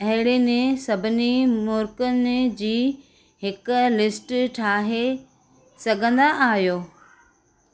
अहिड़नि सभिनी मर्कज़नि जी हिकु लिस्ट ठाहे सघंदा आहियो